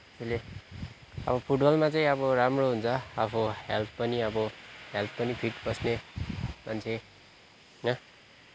अब फुटबलमा चाहिँ अब राम्रो हुन्छ आफू हेल्थ पनि अब हेल्थ पनि फिट बस्ने मान्छे होइन